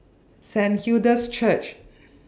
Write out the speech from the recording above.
Saint Hilda's Church